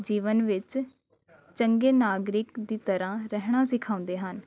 ਜੀਵਨ ਵਿੱਚ ਚੰਗੇ ਨਾਗਰਿਕ ਦੀ ਤਰ੍ਹਾਂ ਰਹਿਣਾ ਸਿਖਾਉਂਦੇ ਹਨ